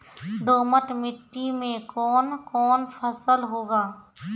दोमट मिट्टी मे कौन कौन फसल होगा?